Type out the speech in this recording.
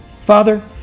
Father